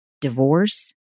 divorce